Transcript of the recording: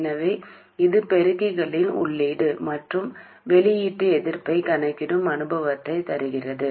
எனவே இது பெருக்கிகளின் உள்ளீடு மற்றும் வெளியீட்டு எதிர்ப்பைக் கணக்கிடும் அனுபவத்தையும் தருகிறது